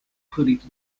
ferito